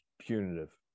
punitive